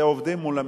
ראש